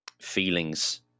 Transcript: feelings